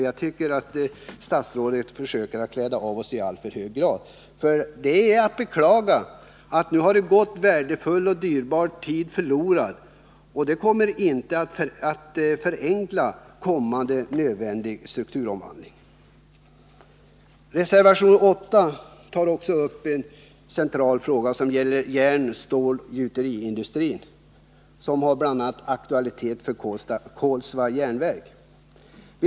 Jag tycker att statsrådet försöker att klä av oss i alltför hög grad. Det är att beklaga att värdefull och dyrbar tid nu har gått förlorad. Det kommer inte att förenkla en kommande nödvändig strukturomvandling. I reservation 8 tas också en central fråga upp, nämligen järnoch stålgjuteriindustrin. Den frågan har aktualitet bl.a. för Kolsva Järnverk.